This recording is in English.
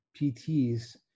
PTs